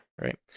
right